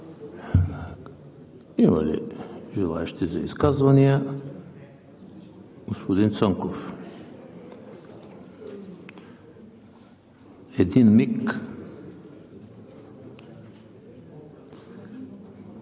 Има ли желаещи за изказвания? Господин Цонков, имате